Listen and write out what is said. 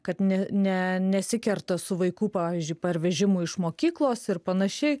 kad ne ne nesikerta su vaikų pavyzdžiui parvežimu iš mokyklos ir panašiai